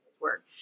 work